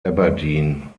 aberdeen